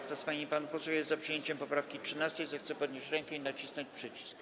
Kto z pań i panów posłów jest za przyjęciem poprawki 13., zechce podnieść rękę i nacisnąć przycisk.